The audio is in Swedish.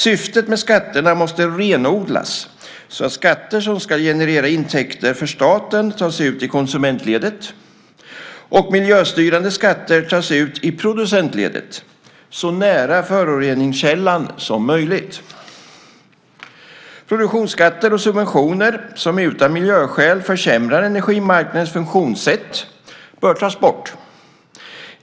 Syftet med skatterna måste renodlas så att skatter som ska generera intäkter för staten tas ut i konsumentledet och miljöstyrande skatter tas ut i producentledet så nära föroreningskällan som möjligt. Produktionsskatter och subventioner som utan miljöskäl försämrar energimarknadens funktionssätt bör tas bort.